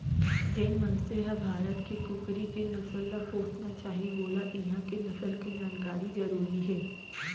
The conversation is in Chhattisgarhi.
जेन मनसे ह भारत के कुकरी के नसल ल पोसना चाही वोला इहॉं के नसल के जानकारी जरूरी हे